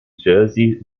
jersey